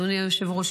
אדוני היושב-ראש,